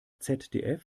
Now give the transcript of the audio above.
zdf